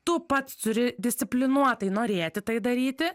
tu pats turi disciplinuotai norėti tai daryti